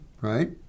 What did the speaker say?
right